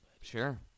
Sure